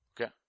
Okay